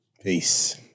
Peace